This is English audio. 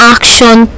Action